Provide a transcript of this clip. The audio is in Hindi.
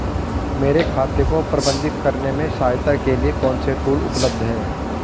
मेरे खाते को प्रबंधित करने में सहायता के लिए कौन से टूल उपलब्ध हैं?